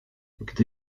gdy